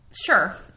Sure